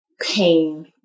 pain